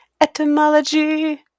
Etymology